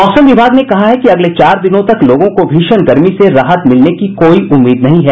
मौसम विभाग ने कहा है कि अगले चार दिनों तक लोगों को भीषण गर्मी से राहत मिलने की काई उम्मीद नहीं है